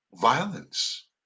violence